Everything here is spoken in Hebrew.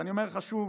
ואני אומר לך שוב: